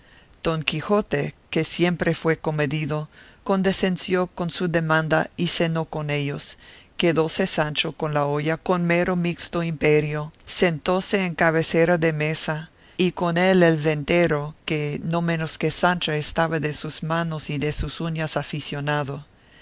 don quijote que siempre fue comedido condecenció con su demanda y cenó con ellos quedóse sancho con la olla con mero mixto imperio sentóse en cabecera de mesa y con él el ventero que no menos que sancho estaba de sus manos y de sus uñas aficionado